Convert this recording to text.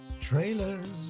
trailers